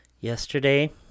Yesterday